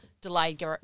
delayed